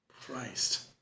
Christ